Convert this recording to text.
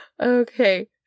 Okay